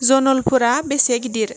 जनलपुरा बेसे गिदिर